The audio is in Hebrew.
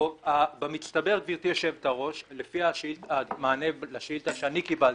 חוב שבמצטבר, לפי המענה לשאילתה שאני קיבלתי,